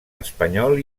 espanyol